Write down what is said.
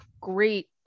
great